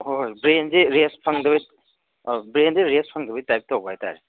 ꯍꯣꯏ ꯍꯣꯏ ꯕ꯭ꯔꯦꯟꯁꯤ ꯔꯦꯁ ꯐꯪꯗꯕꯒꯤ ꯕ꯭ꯔꯦꯟꯁꯤ ꯔꯦꯁ ꯐꯪꯗꯕꯒꯤ ꯇꯥꯏꯞ ꯇꯧꯕ ꯍꯥꯏꯇꯔꯦ